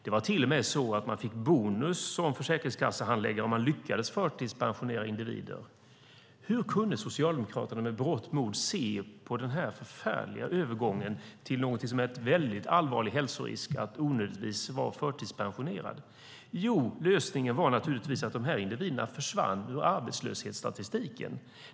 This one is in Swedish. Försäkringskassehandläggare fick till och med bonus om de lyckades förtidspensionera individer. Hur kunde Socialdemokraterna med berått mod se på den förfärliga övergången till någonting som är en allvarlig hälsorisk, att i onödan bli förtidspensionerad? Jo, anledningen var naturligtvis att dessa individer på så sätt försvann ur arbetslöshetsstatistiken.